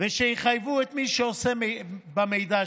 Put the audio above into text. ושיחייבו את מי שעושה שימוש במידע.